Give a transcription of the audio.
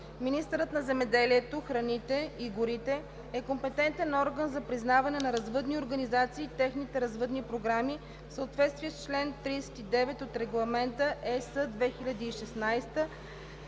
Министърът на земеделието, храните и горите е компетентен орган за признаване на развъдни организации и техните развъдни програми в съответствие с чл. 39 от Регламент (ЕС)